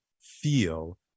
feel